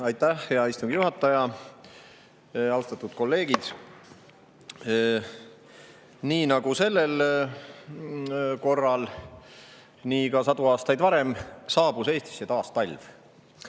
Aitäh, hea istungi juhataja! Austatud kolleegid! Nii nagu sellel korral, nii ka sadu aastaid varem saabus Eestisse taas talv.